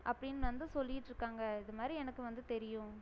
அப்படின் வந்து சொல்லியிட்ருக்காங்க அது மாதிரி எனக்கு வந்து தெரியும்